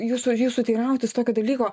jūsų jūsų teirautis tokio dalyko